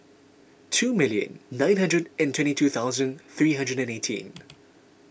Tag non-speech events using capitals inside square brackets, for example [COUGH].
two million nine hundred and twenty two thousand three hundred and eighteen [NOISE]